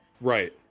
Right